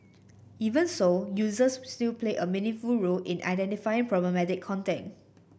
even so users still play a meaningful role in identifying problematic content